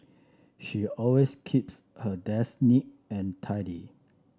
she always keeps her desk neat and tidy